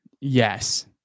yes